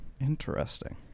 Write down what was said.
Interesting